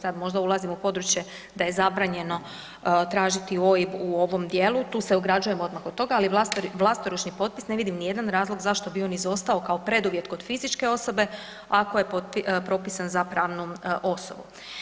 Sad možda ulazim u područje da je zabranjeno tražiti OIB u ovom dijelu, tu se ograđujem odmah od toga, ali vlastoručni potpis ne vidim ni jedan razlog zašto bi on izostao kao preduvjet kod fizičke osobe ako je propisan za pravnu osobu.